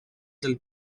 del